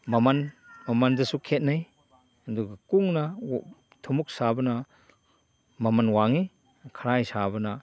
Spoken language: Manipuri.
ꯃꯃꯟ ꯃꯃꯟꯗꯁꯨ ꯈꯦꯠꯅꯩ ꯑꯗꯨꯒ ꯀꯨꯡꯅ ꯊꯨꯝꯃꯣꯛ ꯁꯥꯕꯅ ꯃꯃꯟ ꯋꯥꯡꯏ ꯈꯔꯥꯏ ꯁꯥꯕꯅ